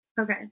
Okay